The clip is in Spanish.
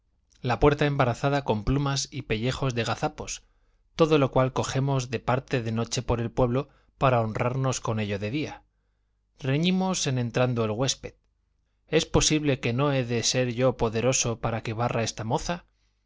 la puerta embarazada con plumas y pellejos de gazapos todo lo cual cogemos de parte de noche por el pueblo para honrarnos con ello de día reñimos en entrando el huésped es posible que no he de ser yo poderoso para que barra esa moza